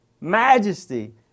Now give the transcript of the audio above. majesty